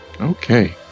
okay